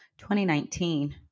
2019